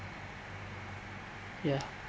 ya